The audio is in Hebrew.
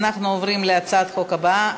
אנחנו עוברים להצעת החוק הבאה,